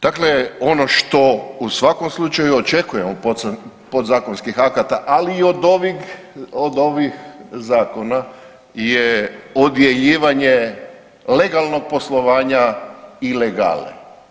Dakle, ono što u svakom slučaju očekujemo od podzakonskih akata, ali i od ovih, od ovih zakona je odjeljivanje legalnog poslovanja i ilegale.